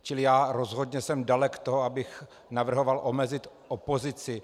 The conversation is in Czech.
Čili já rozhodně jsem dalek toho, abych navrhoval omezit opozici.